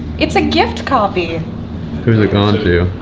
it's a gift copy. who's it going to?